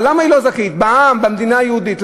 למה היא לא זכאית בעם, במדינה היהודית?